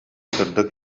сырдык